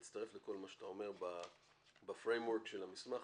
אני מצטרף לכל מה שאתה אומר ב-Frame work של המסמך.